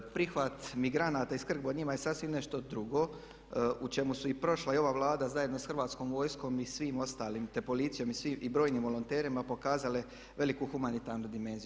Prihvat migranata i skrb o njima je sasvim nešto drugo u čemu su i prošla i ova Vlada zajedno sa Hrvatskom vojskom i svim ostalim, te policijom i brojnim volonterima pokazale veliku humanitarnu dimenziju.